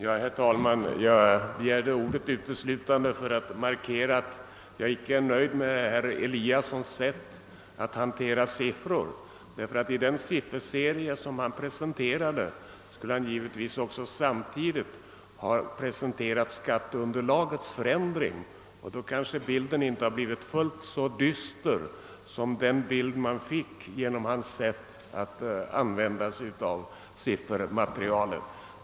Herr talman! Jag begärde ordet uteslutande för att markera att jag icke är nöjd med herr Eliassons i Sundborn sätt att hantera siffror. När han presen terade sin sifferserie borde han givetvis också ha redogjort för skatteunderlagets förändring. Då kanske bilden inte hade blivit fullt så dyster som den tedde sig genom hans sätt att använda siffermaterialet.